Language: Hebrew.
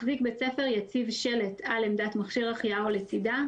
מחזיק בית ספר יציב שלט על עמדת מכשיר ההחייאה או לצדה,